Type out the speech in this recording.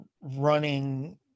running